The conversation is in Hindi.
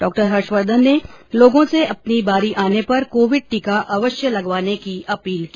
डॉ हर्षवर्धन ने लोगों से अपनी बारी आने पर कोविड टीका अवश्य लगवाने की अपील की